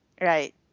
right